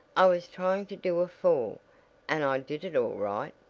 i was trying to do a fall and i did it all right.